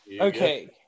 Okay